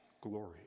Glory